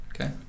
Okay